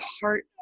heart